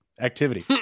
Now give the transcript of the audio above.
Activity